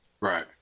Right